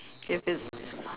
if it's